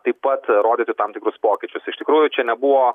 taip pat rodyti tam tikrus pokyčius iš tikrųjų čia nebuvo